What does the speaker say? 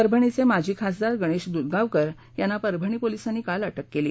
परभणीचे माजी खासदार गणेश दूधगावकर यांना परभणी पोलिसांनी काल अटक केली